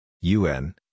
UN